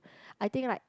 I think like